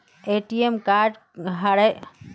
ATM card हरे जाले पर कुंसम के ब्लॉक करूम?